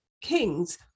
Kings